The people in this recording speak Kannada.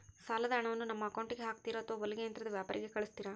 ಸಾಲದ ಹಣವನ್ನು ನಮ್ಮ ಅಕೌಂಟಿಗೆ ಹಾಕ್ತಿರೋ ಅಥವಾ ಹೊಲಿಗೆ ಯಂತ್ರದ ವ್ಯಾಪಾರಿಗೆ ಕಳಿಸ್ತಿರಾ?